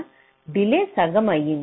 ఇక్కడ డిలే సగం అయ్యింది